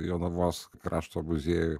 jonavos krašto muziejui